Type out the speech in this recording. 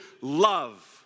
love